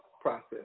process